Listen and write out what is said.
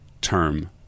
term